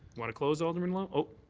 want to close, alderman lowe?